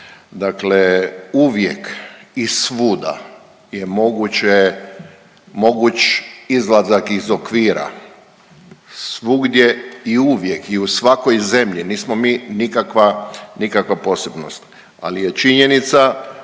Dakle uvijek i svuda je moguće, moguć izlazak iz okvira, svugdje i uvijek i u svakoj zemlji. Nismo mi nikakva, nikakva posebnost ali je činjenica